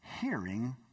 hearing